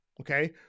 okay